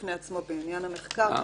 בפני עצמו בעניין המחקר.